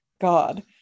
God